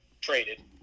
Traded